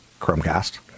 Chromecast